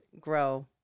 grow